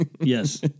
yes